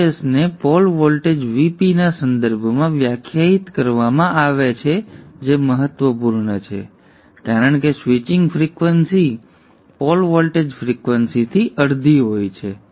Ts ને pole voltage Vpના સંદર્ભમાં વ્યાખ્યાયિત કરવામાં આવે છે જે મહત્ત્વપૂર્ણ છે કારણ કે સ્વિચિંગ ફ્રિક્વન્સી પોલ વોલ્ટેજ ફ્રિક્વન્સીથી અડધી હોય છે